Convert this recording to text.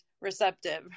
receptive